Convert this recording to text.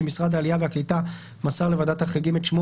שמשרד העלייה והקליטה מסר לוועדת החריגים את שמו